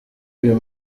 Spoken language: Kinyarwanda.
uyu